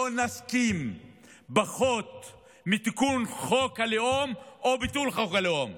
לא נסכים לפחות מתיקון חוק הלאום או ביטול חוק הלאום,